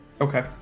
Okay